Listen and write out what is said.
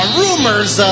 rumors